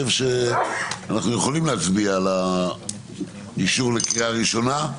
אנחנו יכולים להצביע על האישור לקריאה הראשונה?